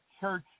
church